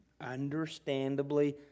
understandably